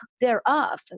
thereof